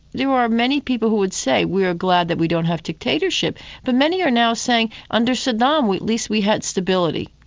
there are many people who would say, we are glad that we don't have dictatorship but many are now saying, under saddam at least we had stability.